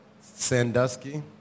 Sandusky